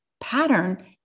pattern